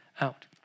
out